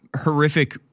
horrific